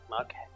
Okay